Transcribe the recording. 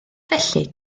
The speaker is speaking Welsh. felly